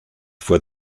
vor